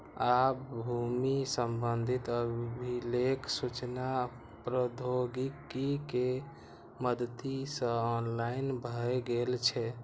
आब भूमि संबंधी अभिलेख सूचना प्रौद्योगिकी के मदति सं ऑनलाइन भए गेल छै